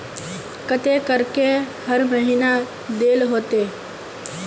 केते करके हर महीना देल होते?